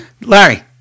Larry